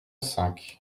cinq